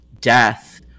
death